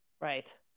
Right